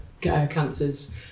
cancers